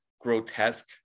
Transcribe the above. grotesque